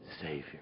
Savior